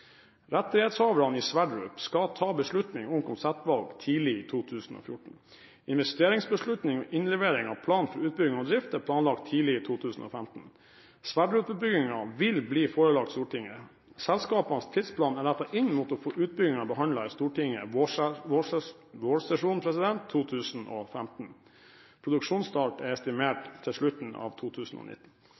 Rettighetshaverne i Sverdrup skal ta beslutning om konseptvalg tidlig i 2014. Investeringsbeslutning og innlevering av plan for utbygging og drift er planlagt tidlig i 2015. Sverdrup-utbyggingen vil bli forelagt Stortinget. Selskapenes tidsplan er rettet inn mot å få utbyggingen behandlet i Stortinget vårsesjonen 2015. Produksjonsstart er estimert til slutten av 2019.